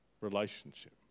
relationship